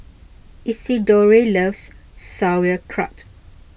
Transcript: Isidore loves Sauerkraut